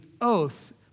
oath